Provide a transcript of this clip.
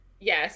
Yes